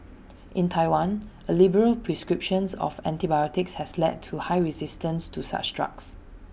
in Taiwan A liberal prescriptions of antibiotics has led to high resistance to such drugs